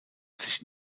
sich